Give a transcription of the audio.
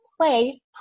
play